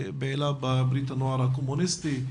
פעילה בברית הנוער הקומוניסטי,